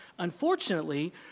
Unfortunately